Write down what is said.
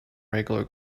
regular